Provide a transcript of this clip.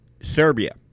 Serbia